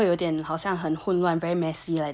ya 会有点好像很混乱 very messy like that ah